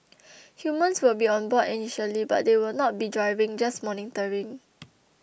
humans will be on board initially but they will not be driving just monitoring